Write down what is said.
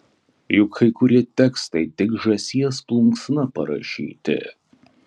juk kai kurie tekstai tik žąsies plunksna parašyti